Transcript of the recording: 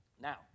Now